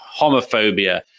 homophobia